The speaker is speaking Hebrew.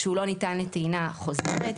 שהוא לא ניתן לטעינה חוזרת,